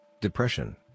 Depression